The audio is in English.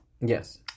Yes